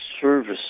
service